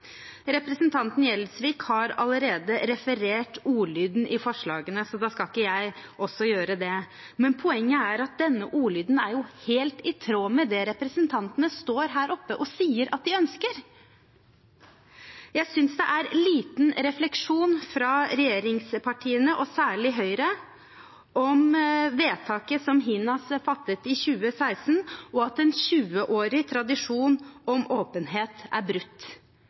Men poenget er at denne ordlyden er helt i tråd med det representantene står her oppe og sier at de ønsker. Jeg synes det er liten refleksjon fra regjeringspartiene, og særlig Høyre, om vedtaket som HINAS fattet i 2016, og at en 20-årig tradisjon om åpenhet er brutt.